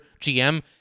GM